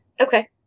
Okay